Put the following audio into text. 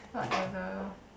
whatever